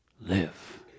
live